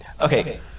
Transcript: Okay